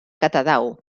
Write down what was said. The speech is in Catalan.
catadau